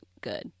good